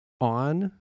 on